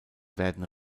werden